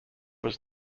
was